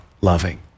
loving